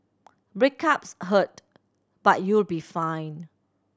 breakups hurt but you'll be fine